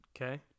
Okay